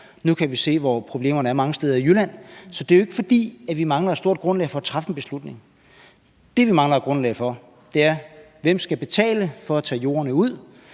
Nu kan vi se, hvor problemerne er mange steder i Jylland. Så det er jo ikke, fordi vi mangler et stort grundlag for at træffe en beslutning. Det, vi mangler et grundlag for, er, hvem der skal betale for at tage jordene ud,